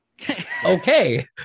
okay